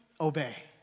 obey